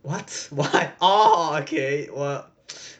what what orh okay we~